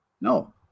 No